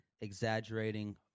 exaggerating